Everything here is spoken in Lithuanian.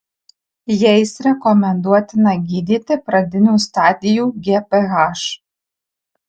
jais rekomenduotina gydyti pradinių stadijų gph